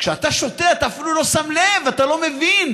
כשאתה שותה אתה אפילו לא שם לב, אתה לא מבין